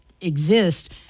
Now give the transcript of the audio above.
exist